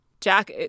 Jack